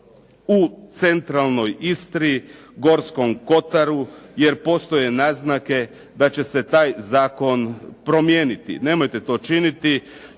u centralnoj Istri, Gorskom kotaru, jer postoje naznake da će se taj zakon promijeniti. Nemojte to činiti,